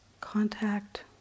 contact